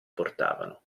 portavano